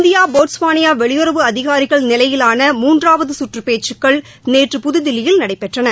India Botswana வெளியுறவு அதிகாரிகள் நிலையிலான மூன்றாவது கற்று பேச்சுக்கள் நேற்று புதுதில்லியில் நடைபெற்றன